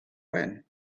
when